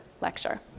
lecture